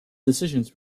decisions